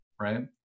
right